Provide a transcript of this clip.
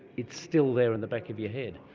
it's still there in the back of your head.